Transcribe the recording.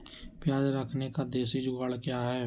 प्याज रखने का देसी जुगाड़ क्या है?